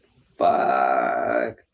Fuck